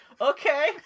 Okay